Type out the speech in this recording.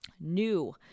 new